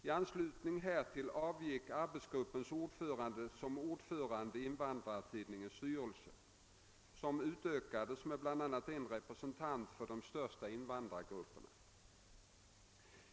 I anslutning härtill avgick arbetsgruppens ordförande som ordförande i Invandrartidningens styrelse, som utökades med bl.a. en representant för den största invandrargruppen.